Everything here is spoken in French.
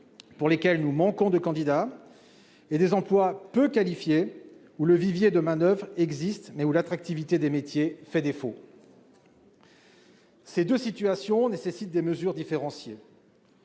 pour lesquels nous manquons de candidats, et des emplois peu qualifiés, pour lesquels un vivier de main-d'oeuvre existe, mais dont l'attractivité fait défaut. Ces deux situations nécessitent des mesures différenciées